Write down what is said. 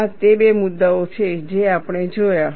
આ તે બે મુદ્દાઓ છે જે આપણે જોયા છે